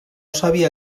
sabia